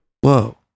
Whoa